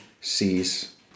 sees